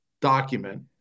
document